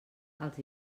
els